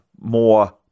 more